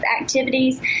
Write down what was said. activities